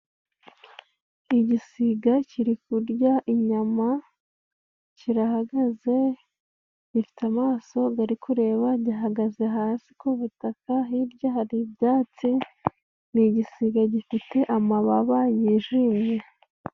Igisiga kiri kurya inyama kirahagaze gifite amaso gari kureba gihagaze hasi ku butaka hirya hari ibyatsi ni igisiga gifite amababa yijimye.